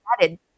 added